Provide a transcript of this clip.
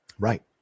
right